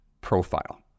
profile